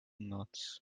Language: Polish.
noc